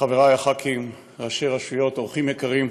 חברי הח"כים, ראשי רשויות, אורחים יקרים,